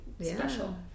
special